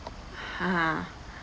!huh!